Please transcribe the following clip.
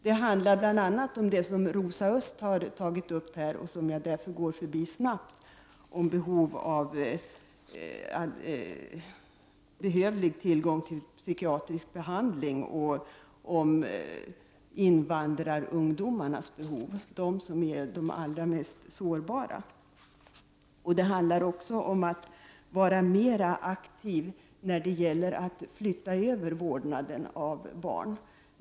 Dessa reservationer berör bl.a. de frågor som Rosa Östh tidigare har tagit upp och som jag därför går förbi snabbt, nämligen frågan om behovet av psykiatrisk behandling och behoven hos invandrarungdomar, de allra mest sårbara. Reservationerna tar också upp frågan om att vi måste vara mer aktiva när det gäller att flytta över vårdnaden av barn.